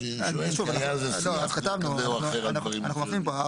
אנחנו מפנים פה,